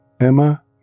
Emma